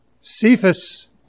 Cephas